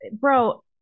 bro